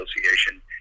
Association